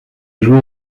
joué